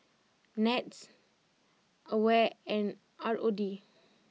Nets Aware and R O D